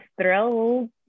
thrilled